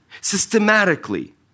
systematically